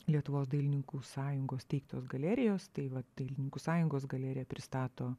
lietuvos dailininkų sąjungos teiktos galerijos tai va dailininkų sąjungos galerija pristato